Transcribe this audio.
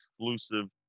exclusive